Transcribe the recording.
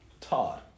Todd